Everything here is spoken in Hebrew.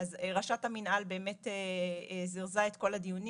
אז ראשת המינהל באמת זירזה את כל הדיונים